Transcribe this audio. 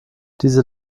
diese